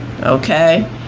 Okay